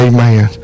Amen